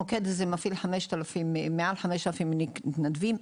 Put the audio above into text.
המוקד מפעיל מעל 5000 מתנדבים.